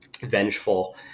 vengeful